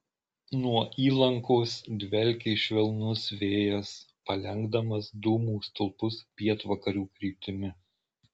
nuo įlankos dvelkė švelnus vėjas palenkdamas dūmų stulpus pietvakarių kryptimi